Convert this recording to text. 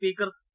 speaker P